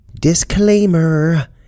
Disclaimer